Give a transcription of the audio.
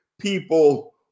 people